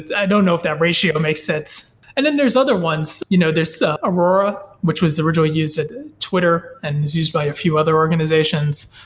i don't know if that ratio makes sense. and then there's other ones. you know there's ah aurora, which was originally used at twitter and is used by a few other organizations.